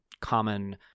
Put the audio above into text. common